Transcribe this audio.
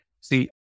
see